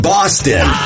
Boston